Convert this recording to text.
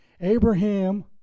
Abraham